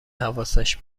حواسش